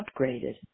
upgraded